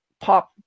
pop